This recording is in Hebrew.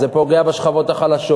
זה פוגע בשכבות החלשות,